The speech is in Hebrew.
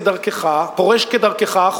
כדרכך,